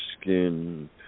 skin